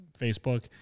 Facebook